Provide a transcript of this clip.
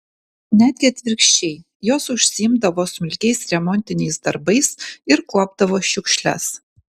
netgi atvirkščiai jos užsiimdavo smulkiais remontiniais darbais ir kuopdavo šiukšles